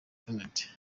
supt